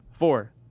Four